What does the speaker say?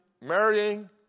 marrying